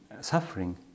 suffering